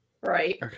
Right